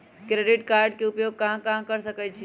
Credit card के उपयोग कहां कहां कर सकईछी?